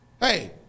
Hey